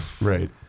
Right